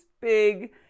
big